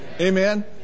Amen